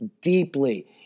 deeply